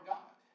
God